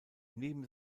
neben